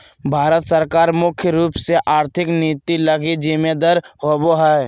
भारत सरकार मुख्य रूप से आर्थिक नीति लगी जिम्मेदर होबो हइ